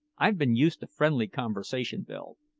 i've been used to friendly conversation, bill,